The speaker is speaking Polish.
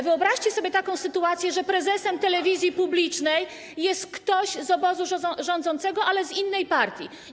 Wyobraźcie sobie taką sytuację, że prezesem telewizji publicznej jest ktoś z obozu rządzącego, ale z innej partii.